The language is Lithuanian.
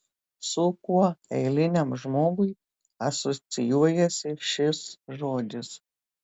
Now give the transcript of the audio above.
su kuo eiliniam žmogui asocijuojasi šis žodis